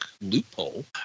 loophole